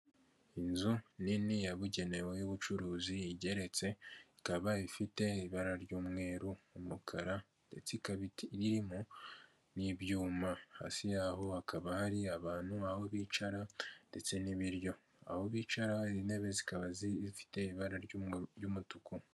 Inzu nini yabugenewe y'ubucuruzi igeretse ikaba ifite ibara ry'umweru, umukara ndetse ikaba irimo n'ibyuma hasi yaho hakaba hari abantu aho bicara ndetse n'ibiryo aho bicara intebe zikaba zifite ibara ry'umutuku.